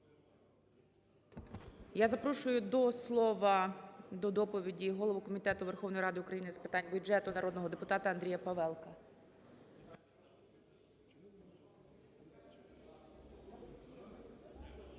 Я запрошу до слова, до доповіді голову Комітету Верховної Ради України з питань бюджету народного депутата Андрія Павелка.